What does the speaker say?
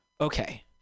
Okay